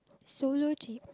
solo cheap